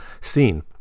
scene